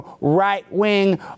right-wing